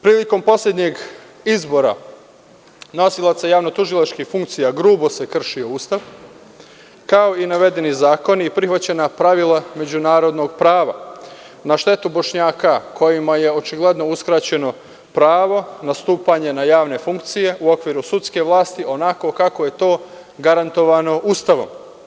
Prilikom poslednjeg izbora nosilaca javno tužilačkih funkcija grubo se kršio Ustav, kao i navedeni zakoni i prihvaćena pravila međunarodnog prava, na štetu Bošnjaka kojima je očigledno uskraćeno prava nastupanja na javne funkcije u okviru sudske vlasti onako kako je to garantovano Ustavom.